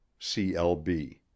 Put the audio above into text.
CLB